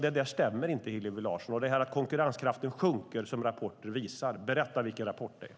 Det stämmer inte, Hillevi Larsson, att konkurrenskraften sjunker som rapporten visar. Berätta vilken rapport det är!